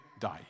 die